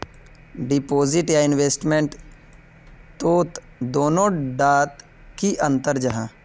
Deposit या investment तोत दोनों डात की अंतर जाहा?